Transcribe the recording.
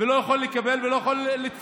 לא יכול לקבל ולא יכול לתפוס.